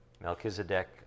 Melchizedek